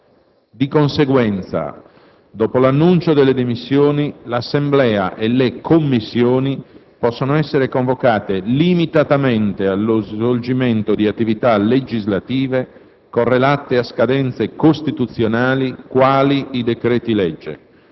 Di conseguenza, dopo l'annuncio delle dimissioni, l'Assemblea e le Commissioni possono essere convocate limitatamente allo svolgimento di attività legislative correlate a scadenze costituzionali (quali i decreti-legge)